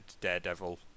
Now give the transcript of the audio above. Daredevil